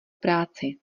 práci